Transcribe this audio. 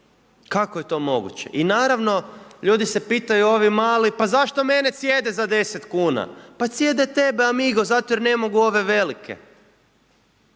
Kako je to moguće? I naravno, ljudi se pitaju, ovi mali, pa zašto mene cijede za 10 kuna? Pa cijede tebe amigo, zato jer ne mogu ove velike.